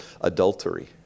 adultery